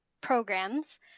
programs